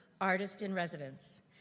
artist-in-residence